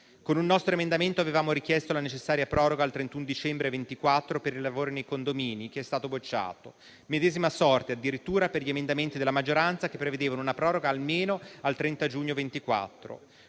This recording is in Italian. Con un nostro emendamento avevamo richiesto la necessaria proroga al 31 dicembre 2024 per i lavori nei condomini, ma tale proposta è stata bocciata; medesima sorte addirittura per gli emendamenti della maggioranza che prevedevano una proroga almeno al 30 giugno 2024.